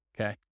Okay